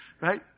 Right